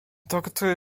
doktór